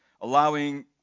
allowing